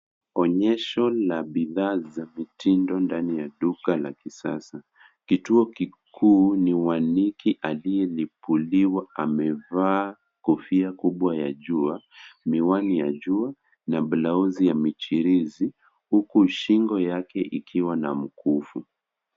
Onyesho la bidhaa za vitindo ndani ya nduka la kisasa. Kituo kikuu ni waniki aliyelipuliwa amevaa kofia kubwa ya jua, miwani ya jua na bulaosi ya michirizi huku shingo yake ikiwa na mkufu.